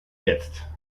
jetzt